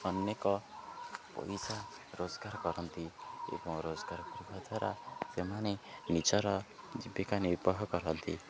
ଅନେକ ପଇସା ରୋଜଗାର କରନ୍ତି ଏବଂ ରୋଜଗାର କରିବା ଦ୍ୱାରା ସେମାନେ ନିଜର ଜୀବିକା ନିର୍ବାହ କରନ୍ତି